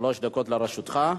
שלוש דקות לרשותך.